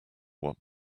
what